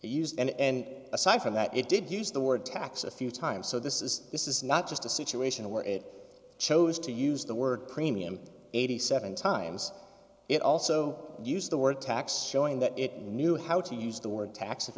used and aside from that it did use the word tax a few times so this is this is not just a situation where it chose to use the word premium eighty seven dollars times it also used the word tax showing that it knew how to use the word tax